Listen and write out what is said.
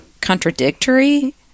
contradictory